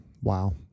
Wow